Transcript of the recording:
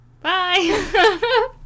bye